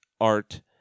art